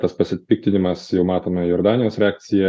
tas pasipiktinimas jau matome jordanijos reakciją